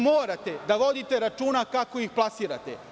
Morate da vodite računa kako ih plasirate.